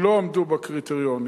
לא עמדו בקריטריונים,